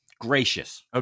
gracious